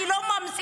אני לא ממציאה,